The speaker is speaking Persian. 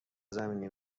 زمینی